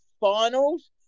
finals